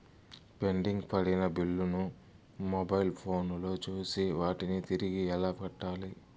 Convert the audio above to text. pending పడిన బిల్లులు ను మొబైల్ ఫోను లో చూసి వాటిని తిరిగి ఎలా కట్టాలి